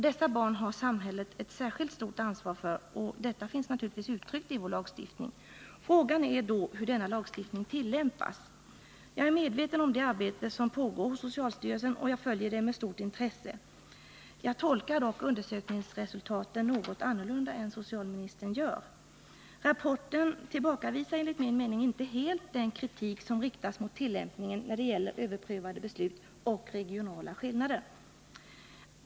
Dessa barn har samhället ett särskilt stort ansvar för, och detta finns naturligtvis uttryckt i vår lagstiftning. Frågan är då hur denna lagstiftning tillämpas. Jag är medveten om det arbete som pågår hos socialstyrelsen, och jag följer det med stort intresse. Jag tolkar dock undersökningsresultaten något annorlunda än socialministern. Rapporten tillbakavisar enligt min mening inte helt den kritik som riktats mot tillämpningen när det gäller överprövade beslut och regionala skillnader.